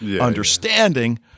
understanding